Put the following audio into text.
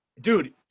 dude